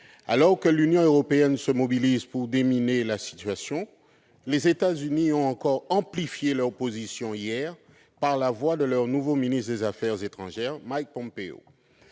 Alors que l'Union européenne se mobilise pour déminer la situation, les États-Unis ont encore accentué leur position hier, par la voix de leur nouveau secrétaire d'État, Mike Pompeo.